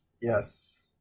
Yes